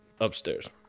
upstairs